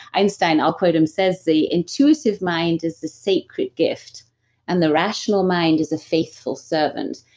einstein, i'll quote him says the intuitive mind is the sacred gift and the rational mind is the faithful servant.